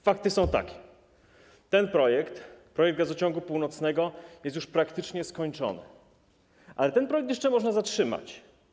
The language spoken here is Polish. Fakty są takie: ten projekt, projekt gazociągu północnego, jest już praktycznie skończony, ale jeszcze go można zatrzymać.